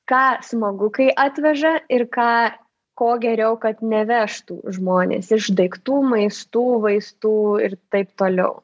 ką smagu kai atveža ir ką ko geriau kad nevežtų žmonės iš daiktų maistų vaistų ir taip toliau